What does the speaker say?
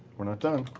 we're not done.